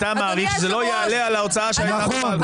אתה מעריך שזה לא יעלה על ההוצאה שהייתה --- נכון,